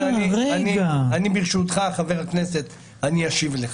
אני אשיב לך.